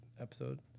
episode